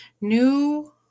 new